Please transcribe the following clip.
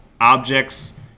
objects